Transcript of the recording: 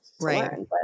right